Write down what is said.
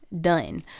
done